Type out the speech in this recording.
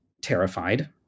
terrified